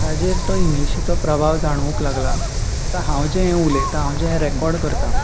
ताचेर तो इंग्लिशीचो प्रभाव जाणवूंक लागला आतां हांव जें हें उलयतां हांव जें रेकॉर्ड करतां